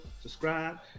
subscribe